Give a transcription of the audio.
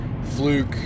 fluke